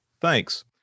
thanks